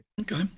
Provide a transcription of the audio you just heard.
okay